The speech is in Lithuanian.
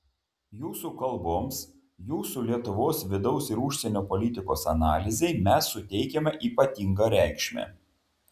jūsų kalboms jūsų lietuvos vidaus ir užsienio politikos analizei mes suteikiame ypatingą reikšmę